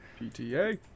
PTA